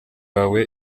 wawe